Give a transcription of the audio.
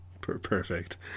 Perfect